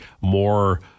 more